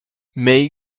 may